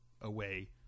away